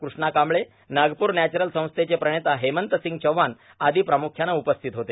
Krishna Kamble Nagpur natural संस्थेचे प्रणेता हेमंर्तासंग चौहान आदो प्रामुख्याने उपस्थित होते